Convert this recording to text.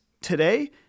today